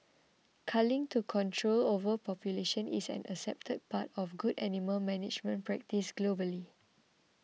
culling to control overpopulation is an accepted part of good animal management practice globally